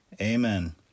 Amen